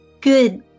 good